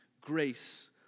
grace